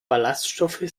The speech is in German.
ballaststoffe